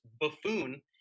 buffoon